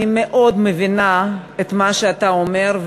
אני מאוד מבינה את מה שאתה אומר,